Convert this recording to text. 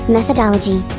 Methodology